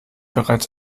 bereits